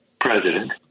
president